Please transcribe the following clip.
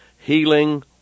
healing